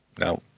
No